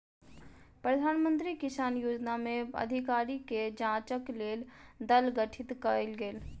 प्रधान मंत्री किसान योजना में अधिकारी के जांचक लेल दल गठित कयल गेल